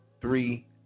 three